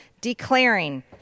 declaring